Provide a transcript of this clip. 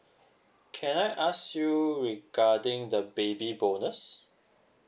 can I ask you regarding the baby bonus